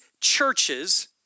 churches